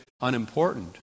unimportant